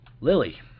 Lily